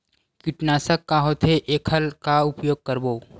कीटनाशक का होथे एखर का उपयोग करबो?